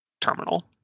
terminal